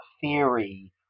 theory